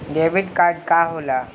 Debit card का होला?